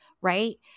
right